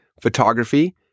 photography